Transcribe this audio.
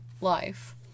life